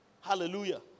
Hallelujah